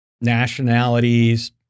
nationalities